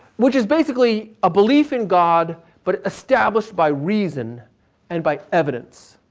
which is basically a belief in god but established by reason and by evidence,